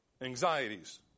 Anxieties